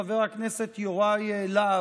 חבר הכנסת יוראי להב,